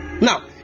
now